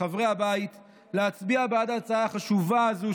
חברי הבית להצביע בעד ההצעה החשובה הזו,